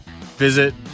Visit